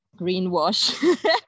greenwash